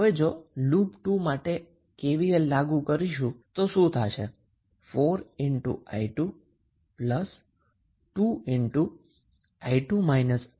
તમે સરળ રીતે કહી શકો છો કે −4i2𝑣𝑥 i1 i2 આ કિસ્સામાં તમે તેને સરળ બનાવી શકો છો અને તમને i1−3i2 મળે છે